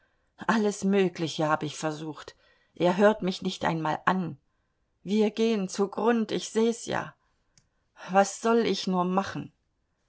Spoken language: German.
alles mögliche hab ich versucht er hört mich nicht einmal an wir gehen zu grund ich seh's ja was soll ich nur machen